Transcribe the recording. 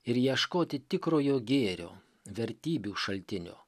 ir ieškoti tikrojo gėrio vertybių šaltinio